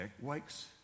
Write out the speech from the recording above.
wakes